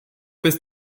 bis